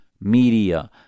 media